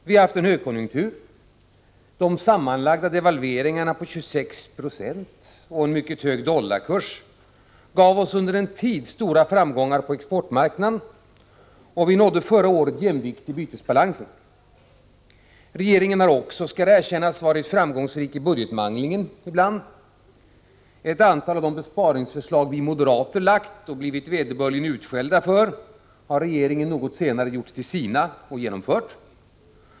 Vi har haft en högkonjunktur, devalveringarna på sammanlagt 26 26 och en mycket hög dollarkurs gav oss under en tid stora framgångar på exportmarknaden och vi nådde förra året jämvikt i bytesbalansen. Det skall erkännas att regeringen ibland har varit framgångsrik i budgetmanglingen. Ett antal av de besparingsförslag vi moderater lagt fram — och blivit vederbörligen utskällda för — har regeringen något senare gjort till sina och genomfört.